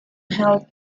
held